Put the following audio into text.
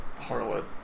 harlot